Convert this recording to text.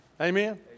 Amen